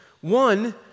One